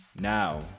Now